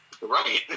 Right